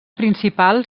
principal